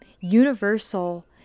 universal